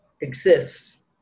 exists